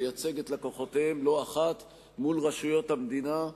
לייצג את לקוחותיהם לא אחת מול רשויות המדינה,